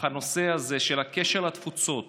הנושא של הקשר לתפוצות